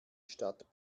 stadt